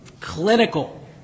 Clinical